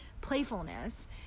playfulness